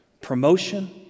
promotion